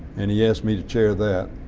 and he asked me to chair that.